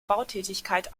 bautätigkeit